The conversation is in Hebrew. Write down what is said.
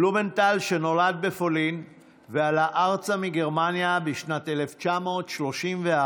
בלומנטל נולד בפולין ועלה ארצה מגרמניה בשנת 1934,